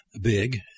big